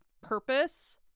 purpose